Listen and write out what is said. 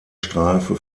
strafe